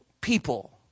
people